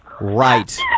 right